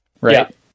right